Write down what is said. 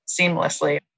seamlessly